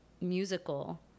musical